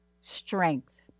strength